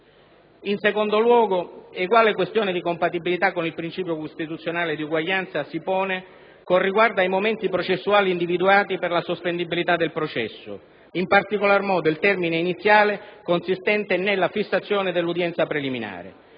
In secondo luogo, uguale questione di compatibilità con il principio costituzionale di uguaglianza si pone con riguardo ai momenti processuali individuati per la sospendibilità del processo: in particolare, il termine iniziale consistente nella fissazione dell'udienza preliminare.